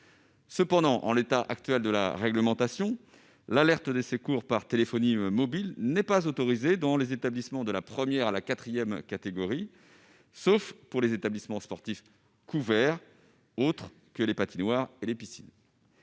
Cependant, en l'état actuel de la réglementation, l'alerte des services de secours par téléphonie mobile n'est pas autorisée dans les ERP de la première à la quatrième catégorie, sauf pour les établissements sportifs couverts autres que les patinoires et les piscines.